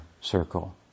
circle